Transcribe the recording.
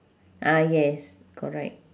ah yes correct